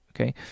okay